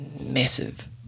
massive